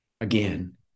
again